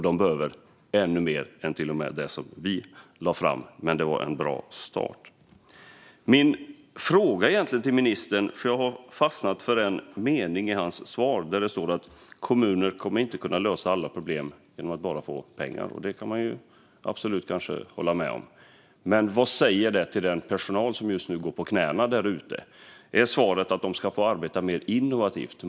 De behöver ännu mer än det som vi lade fram, men det var en bra start. Jag har fastnat för en mening i ministerns svar där han säger att kommunerna inte kommer att lösa alla problem bara genom att få pengar. Det kan man kanske hålla med om, men min fråga till ministern är: Vad säger det till den personal som just nu går på knäna där ute? Är svaret att de ska få arbeta mer innovativt?